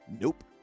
Nope